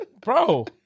Bro